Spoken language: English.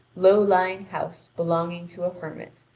low-lying house belonging to a hermit,